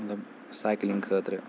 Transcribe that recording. مطلب سایکٕلِنٛگ خٲطرٕ